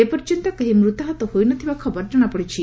ଏପର୍ଯ୍ୟନ୍ତ କେହି ମୃତାହତ ହୋଇ ନ ଥିବା ଖବର ଜଣାପଡିଛି